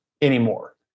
anymore